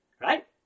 right